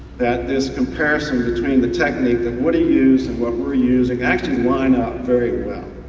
that this comparison between the technique that what he used and what we're using actually line up very well.